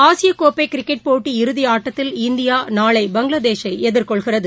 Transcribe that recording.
ஆசியகோப்கைகிரிக்கெட் போட்டி இறுதிஆட்டத்தில் இந்தியாநாளை பங்களாதேசைஎதிர்கொள்கிறது